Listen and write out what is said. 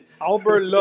Albert